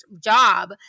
job